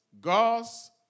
God's